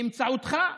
באמצעותך,